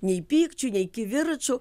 nei pykčių nei kivirčų